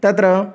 तत्र